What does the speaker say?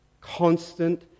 constant